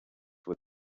what